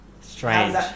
strange